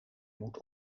moet